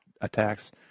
attacks